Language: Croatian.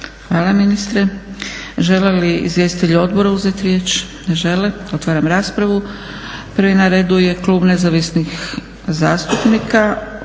Hvala ministre. Žele li izvjestitelji odbora uzeti riječ? Ne žele. Otvaram raspravu. Prvi na redu je klub Nezavisnih zastupnika